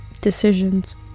decisions